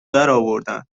درآوردن